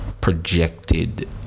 projected